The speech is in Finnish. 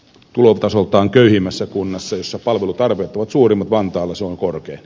tulotasoltaan köyhimmässä kunnassa jossa palvelutarpeet ovat suurimmat vantaalla se on korkea